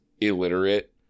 illiterate